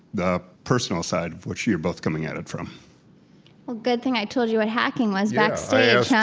the personal side which you're both coming at it from well, good thing i told you what hacking was backstage, yeah